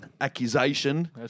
accusation